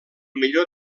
millor